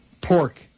pork